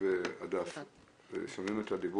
אם נגדיר להם